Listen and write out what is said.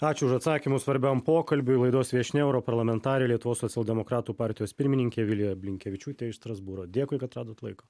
ačiū už atsakymus svarbiam pokalbiui laidos viešnia europarlamentarė lietuvos socialdemokratų partijos pirmininkė vilija blinkevičiūtė iš strasbūro dėkui kad radot laiko